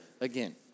again